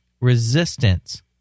resistance